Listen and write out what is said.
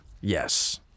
Yes